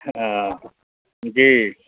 हँ जी